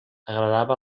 agradava